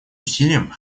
усилиям